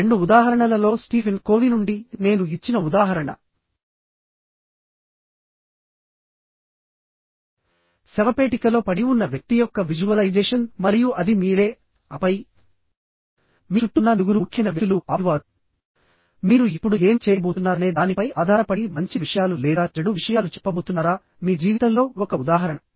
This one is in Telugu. ఇప్పుడు రెండు ఉదాహరణలలో స్టీఫెన్ కోవీ నుండి నేను ఇచ్చిన ఉదాహరణ శవపేటికలో పడి ఉన్న వ్యక్తి యొక్క విజువలైజేషన్ మరియు అది మీరే ఆపై మీ చుట్టూ ఉన్న నలుగురు ముఖ్యమైన వ్యక్తులు ఆపై వారు మీరు ఇప్పుడు ఏమి చేయబోతున్నారనే దానిపై ఆధారపడి మంచి విషయాలు లేదా చెడు విషయాలు చెప్పబోతున్నారా మీ జీవితంలో ఒక ఉదాహరణ